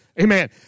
Amen